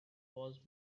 was